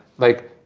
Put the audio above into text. like,